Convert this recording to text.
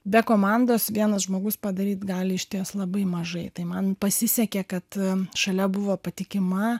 be komandos vienas žmogus padaryt gali išties labai mažai tai man pasisekė kad šalia buvo patikima